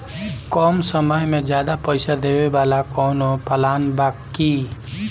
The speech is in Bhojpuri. कम समय में ज्यादा पइसा देवे वाला कवनो प्लान बा की?